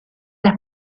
las